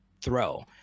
throw